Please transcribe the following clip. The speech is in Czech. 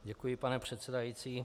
Děkuji, pane předsedající.